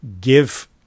give